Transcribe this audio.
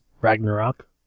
Ragnarok